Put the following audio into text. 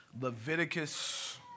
Leviticus